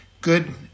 good